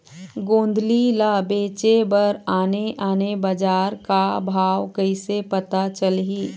गोंदली ला बेचे बर आने आने बजार का भाव कइसे पता चलही?